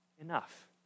enough